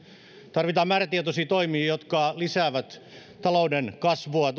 tarvitaan määrätietoisia toimia jotka lisäävät talouden kasvua